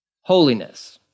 Holiness